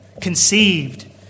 conceived